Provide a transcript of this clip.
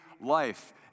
life